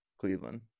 Cleveland